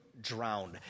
drowned